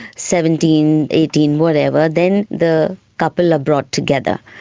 seventeen, eighteen, whatever, then the couple are brought together.